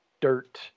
dirt